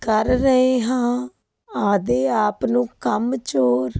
ਕਰ ਰਹੇ ਹਾਂ ਆਪਣੇ ਆਪ ਨੂੰ ਕੰਮ ਚੋਰ